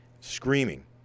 screaming